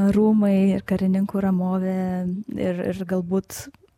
rūmai karininkų ramovė ir ir galbūt